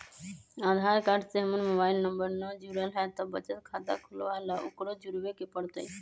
आधार card से हमर mobile number न जुरल है त बचत खाता खुलवा ला उकरो जुड़बे के पड़तई?